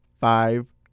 five